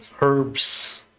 herbs